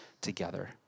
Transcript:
together